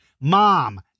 Mom